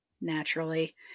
Naturally